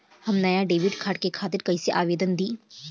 हम नया debit card के खातिर कइसे आवेदन दीं?